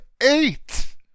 eight